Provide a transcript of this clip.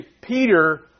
Peter